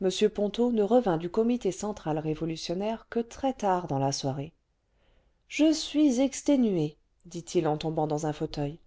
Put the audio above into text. mïépxmto ne revint du comité central révolutionnaim q ue trèstard dans la soirée s z j je suis exténué t dit-il en tombant dans un fauteuil